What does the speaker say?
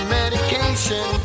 medication